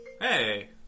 Hey